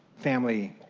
family